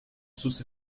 sus